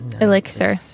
elixir